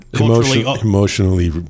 emotionally